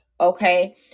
Okay